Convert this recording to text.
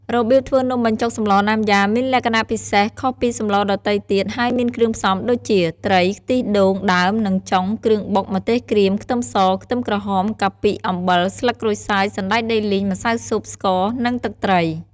របៀបធ្វើនំបញ្ចុកសម្លណាំយ៉ាមានលក្ខណៈពិសេសខុសពីសម្លដទៃទៀត ហើយមានគ្រឿងផ្សំដូចជា ត្រី ខ្ទិះដូងដើមនិងចុង គ្រឿងបុក ម្ទេសក្រៀម ខ្ទឹមស ខ្ទឹមក្រហម កាពិ អំបិល ស្លឹកក្រូចសើច សណ្តែកដីលីង ម្សៅស៊ុប ស្ករ និងទឹកត្រី។